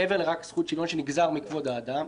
מעבר לזכות השוויון שנגזרת מכבוד האדם.